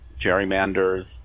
gerrymanders